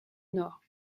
nord